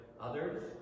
others